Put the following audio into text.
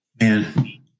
Man